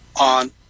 on